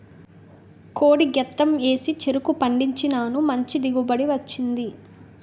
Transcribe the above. కోడి గెత్తెం ఏసి చెరుకు పండించినాను మంచి దిగుబడి వచ్చింది